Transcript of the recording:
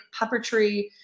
puppetry